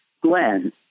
Glenn